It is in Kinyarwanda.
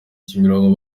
kimironko